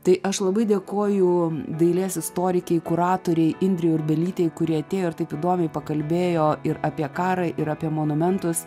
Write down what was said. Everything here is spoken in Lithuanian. tai aš labai dėkoju dailės istorikei kuratorei indrei urbelytei kuri atėjo ir taip įdomiai pakalbėjo ir apie karą ir apie monumentus